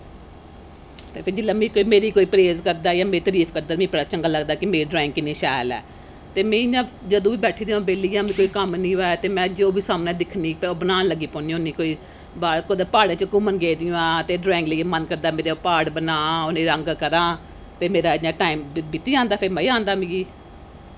ते फिर जिसलै मेरी कोई प्रेज़ करदा जां मेरी तरीफ करदा मिगी बड़ा चंगा लगदा कि मेरी ड्राइंग किन्नी शैल ऐ ते में इ'यां जदूं बी बैठी दी होआ बेल्ली तां कम्म निं होऐ तां में जो बी सामनै दिक्खनी बनान लग्गी पौन्नी होन्नी कोई कुदै प्हाड़ें च घूमन गेदी होआं मन करदा मेरा प्हाड़ बनांऽ उ'नें गी रंग करां ते मेरा इ'यां टैम बीती जंदा मज़ा आंदा फिर